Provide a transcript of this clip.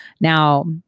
Now